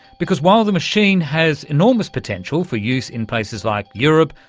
because while the machine has enormous potential for use in places like europe,